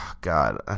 God